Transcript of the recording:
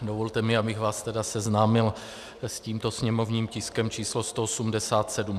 Dovolte mi, abych vás seznámil s tímto sněmovním tiskem číslo 187.